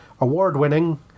award-winning